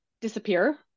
disappear